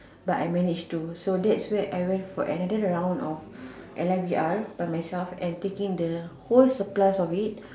but I managed to so that's where I went for another round of L I V R by myself and taking the whole supplies of it